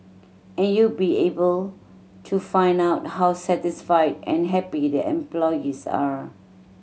and you be able to find out how satisfied and happy the employees are